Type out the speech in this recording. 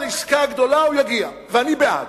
על עסקה גדולה הוא יגיע, ואני בעד.